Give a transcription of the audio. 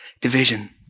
division